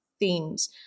themes